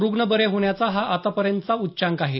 रुग्ण बरे होण्याचा हा आतापर्यंतचा उच्चांक आहे